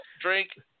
drink